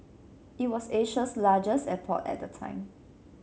it was Asia's largest airport at the time